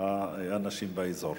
האנשים באזור.